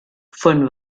von